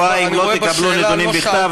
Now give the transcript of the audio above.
אם בתוך שבועיים לא תקבלו נתונים בכתב,